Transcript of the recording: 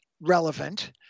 relevant